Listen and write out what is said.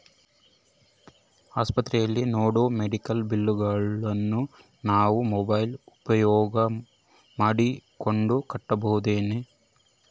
ಆಸ್ಪತ್ರೆಯಲ್ಲಿ ನೇಡೋ ಮೆಡಿಕಲ್ ಬಿಲ್ಲುಗಳನ್ನು ನಾವು ಮೋಬ್ಯೆಲ್ ಉಪಯೋಗ ಮಾಡಿಕೊಂಡು ಕಟ್ಟಬಹುದೇನ್ರಿ?